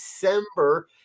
December